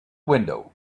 window